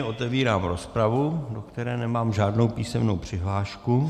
Otevírám rozpravu, do které nemám žádnou písemnou přihlášku.